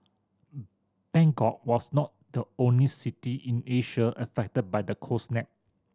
Bangkok was not the only city in Asia affected by the cold snap